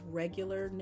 regular